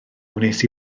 wnes